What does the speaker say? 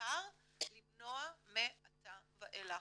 ובעיקר למנוע מעתה ואילך.